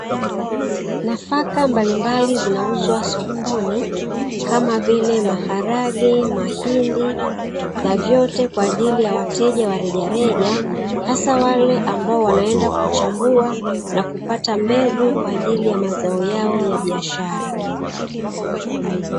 Nafaka mbalimbali zinauzwa sokoni kama vile; maharage , mahindi na vyote kwa ajili ya wateja wa rejareja hasa wale ambao wanakwenda kuchambua na kupata mbegu kwa ajili ya mazao yao ya biashara.